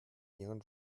ihren